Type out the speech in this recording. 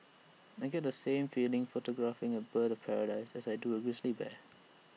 I get the same feeling photographing A bird of paradise as I do A grizzly bear